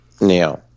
Now